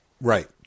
right